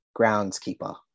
groundskeeper